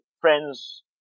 friends